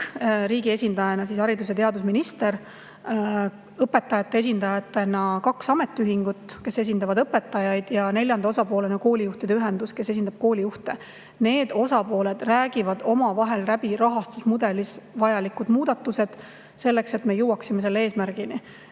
riigi esindajana haridus- ja teadusminister, on kaks ametiühingut, kes esindavad õpetajaid, ja neljanda osapoolena koolijuhtide ühendus, kes esindab koolijuhte. Need osapooled räägivad omavahel läbi rahastusmudelis vajalikud muudatused, et me jõuaksime selle eesmärgini.